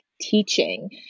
teaching